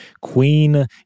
Queen